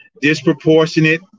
disproportionate